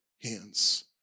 hands